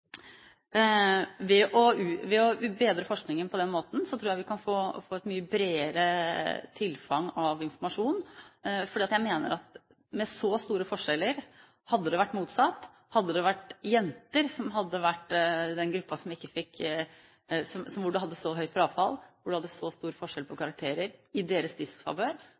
Ved å bedre forskningen på den måten tror jeg vi kan få et mye bredere tilfang av informasjon. Jeg mener at hadde det vært motsatt, at om gruppen som hadde så høyt frafall og så stor forskjell på karakterer i sin disfavør, hadde bestått av jenter, tror jeg det hadde vært